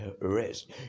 rest